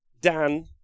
Dan